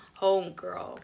homegirl